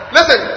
Listen